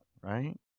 right